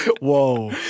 Whoa